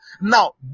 Now